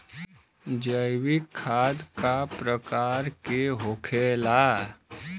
जैविक खाद का प्रकार के होखे ला?